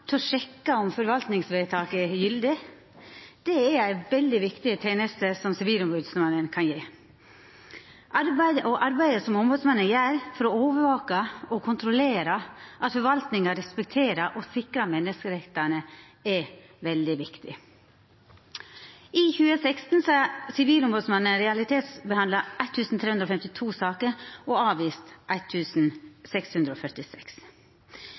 til å sjekka om forvaltingsvedtak er gyldige, er ei veldig viktig teneste, som Sivilombodsmannen kan gje. Òg arbeidet som ombodsmannen gjer for å overvaka og kontrollera at forvaltinga respekterer og sikrar menneskerettane, er veldig viktig. I 2016 har Sivilombodsmannen realitetsbehandla 1 352 saker og avvist